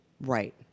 Right